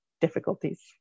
difficulties